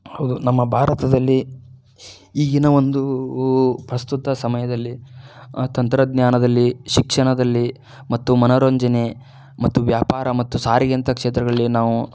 ಹೌದು ನಮ್ಮ ಭಾರತದಲ್ಲಿ ಈಗಿನ ಒಂದು ಪ್ರಸ್ತುತ ಸಮಯದಲ್ಲಿ ತಂತ್ರಜ್ಞಾನದಲ್ಲಿ ಶಿಕ್ಷಣದಲ್ಲಿ ಮತ್ತು ಮನೋರಂಜನೆ ಮತ್ತು ವ್ಯಾಪಾರ ಮತ್ತು ಸಾರಿಗೆ ಅಂಥ ಕ್ಷೇತ್ರಗಳಲ್ಲಿ ನಾವು